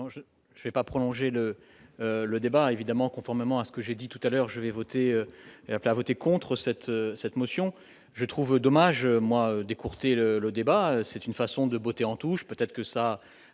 Je vais pas prolonger le le débat évidemment conformément à ce que j'ai dit tout à l'heure, je vais voter à voter contre cette cette motion je trouve dommage moi d'écourter le débat, c'est une façon de botter en touche, peut-être que ça